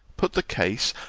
put the case,